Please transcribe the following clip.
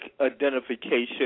identification